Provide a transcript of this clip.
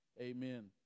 amen